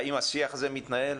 האם השיח הזה מתנהל?